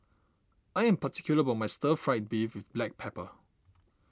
I am particular about my Stir Fried Beef with Black Pepper